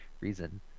reason